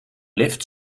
lift